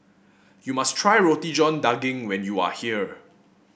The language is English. you must try Roti John Daging when you are here